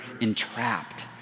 entrapped